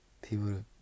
people